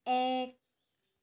এক